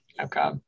Okay